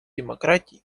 демократии